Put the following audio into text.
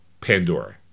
Pandora